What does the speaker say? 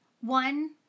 one